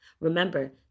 Remember